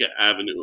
Avenue